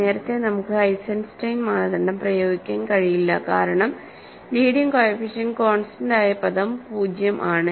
നേരത്തെ നമുക്ക് ഐസൻസ്റ്റൈൻ മാനദണ്ഡം പ്രയോഗിക്കാൻ കഴിയില്ല കാരണം ലീഡിങ് കോഎഫിഷ്യന്റ് കോൺസ്റ്റന്റ് ആയ പദം 0 ആണ്